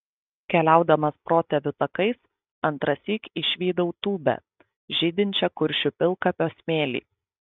keliaudamas protėvių takais antrąsyk išvydau tūbę žydinčią kuršių pilkapio smėly